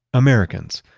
americans.